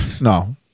No